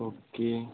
okay